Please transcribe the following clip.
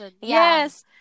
Yes